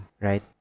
right